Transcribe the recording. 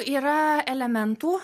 yra elementų